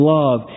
love